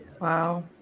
Wow